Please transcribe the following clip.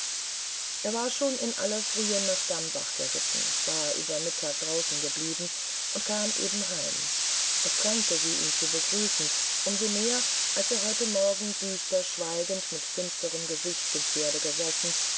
er war schon in aller frühe nach dambach geritten war über mittag draußen verblieben und kam eben heim es drängte sie ihn zu begrüßen um so mehr als er heute morgen düster schweigend mit verfinstertem gesicht zu pferde gesessen